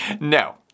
No